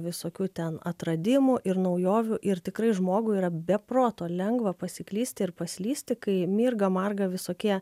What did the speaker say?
visokių ten atradimų ir naujovių ir tikrai žmogui yra be proto lengva pasiklysti ir paslysti kai mirga marga visokie